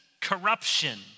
corruption